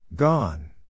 Gone